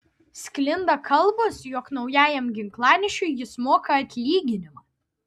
sklinda kalbos jog naujajam ginklanešiui jis moka atlyginimą